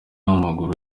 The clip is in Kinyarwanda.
wamaguru